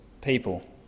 people